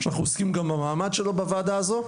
שאנחנו עוסקים גם במעמד שלו בוועדה הזו.